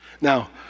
Now